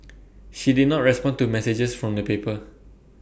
she did not respond to messages from the paper